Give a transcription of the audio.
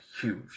huge